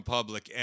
Public